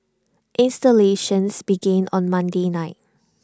installations begin on Monday night